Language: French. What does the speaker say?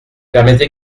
permettez